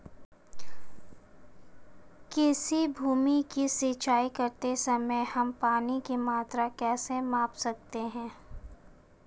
किसी भूमि की सिंचाई करते समय हम पानी की मात्रा कैसे माप सकते हैं?